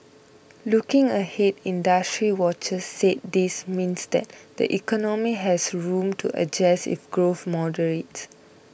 looking ahead industry watchers said this means that the economy has room to adjust if growth moderates